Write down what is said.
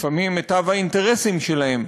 לפעמים מיטב האינטרסים שלהם,